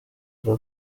uyu